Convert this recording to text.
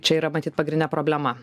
čia yra matyt pagrindinė problema